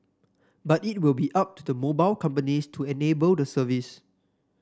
but it will be up to the mobile companies to enable the service